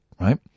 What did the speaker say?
right